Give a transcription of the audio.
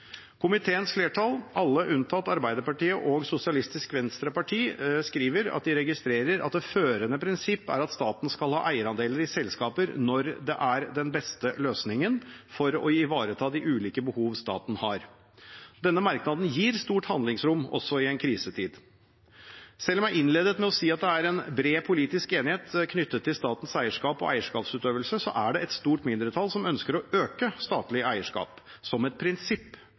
Komiteens flertall, alle unntatt Arbeiderpartiet og Sosialistisk Venstreparti, skriver at de registrerer «at det førende prinsipp er at staten skal ha eierandeler i selskaper når det er den beste løsningen for å ivareta de ulike behov staten har». Denne merknaden gir stort handlingsrom også i en krisetid. Selv om jeg innledet med å si at det er bred politisk enighet knyttet til statens eierskap og eierskapsutøvelse, er det et stort mindretall som ønsker å øke statlig eierskap, som et prinsipp.